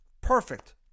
Perfect